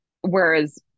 whereas